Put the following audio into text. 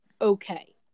okay